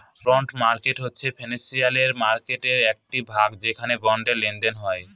bond market হচ্ছে financial মার্কেটের একটি ভাগ যেখানে বন্ডের লেনদেন হয়